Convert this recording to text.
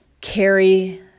carry